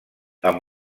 amb